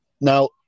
Now